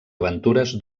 aventures